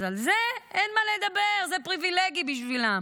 אז על זה אין מה לדבר, זה פריבילגי בשבילם.